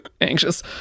anxious